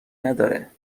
نداره